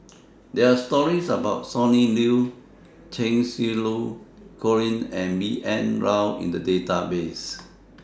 There Are stories about Sonny Liew Cheng Xinru Colin and B N Rao in The Database